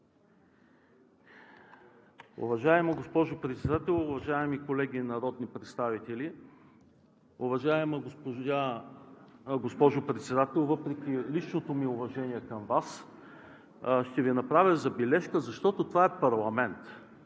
Уважаема госпожо Председател, уважаеми колеги народни представители! Уважаема госпожо Председател, въпреки личното ми уважение към Вас, ще Ви направя забележка, защото това е парламент,